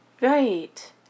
Right